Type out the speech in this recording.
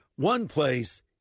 OnePlace